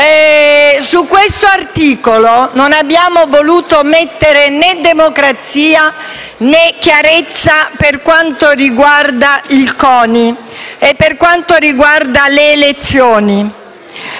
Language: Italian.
Su questo articolo non abbiamo voluto mettere né democrazia né chiarezza per quanto riguarda il CONI e le elezioni.